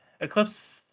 Eclipse